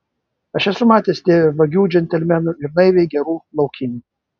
aš esu matęs tėve vagių džentelmenų ir naiviai gerų laukinių